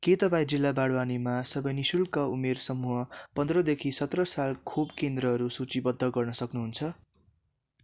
के तपाईँँ जिल्ला बाडवानीमा सबै नि शुल्क उमेर समूह पन्ध्रदेखि सत्र साल खोप केन्द्रहरू सूचीबद्ध गर्न सक्नु हुन्छ